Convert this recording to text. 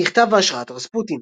נכתב בהשראת "Rasputin".